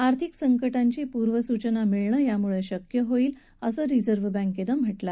आर्थिक संकंटांची पूर्व सूचना मिळणं यामुळे शक्य होईल असं रिझर्व्ह वैंकेनं म्हटलं आहे